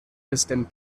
distant